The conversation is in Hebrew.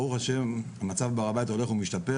ברוך השם, המצב בהר הבית הולך ומשתפר.